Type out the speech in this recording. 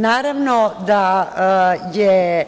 Naravno da je